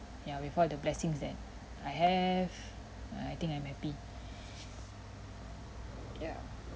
ya with all the blessings that I have uh I think I'm happy ya